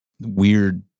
weird